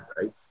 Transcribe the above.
right